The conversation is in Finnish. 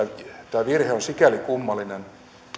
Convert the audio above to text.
tämä virhe on sikäli kummallinen